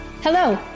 Hello